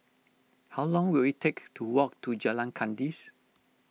how long will it take to walk to Jalan Kandis